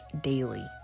daily